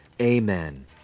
Amen